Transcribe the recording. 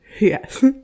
Yes